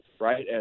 right